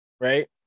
Right